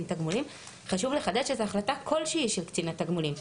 תגמולים חשוב לחדש את ההחלטה --- של קצין התגמולים.